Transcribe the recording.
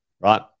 right